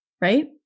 right